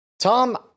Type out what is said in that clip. Tom